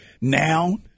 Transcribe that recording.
Now